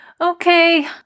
Okay